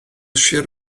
sir